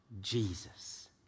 Jesus